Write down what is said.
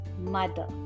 Mother